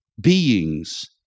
beings